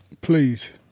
please